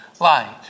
light